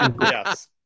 Yes